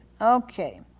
Okay